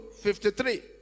53